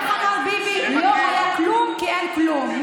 לא היה כלום כי אין כלום.